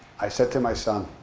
i said to my son,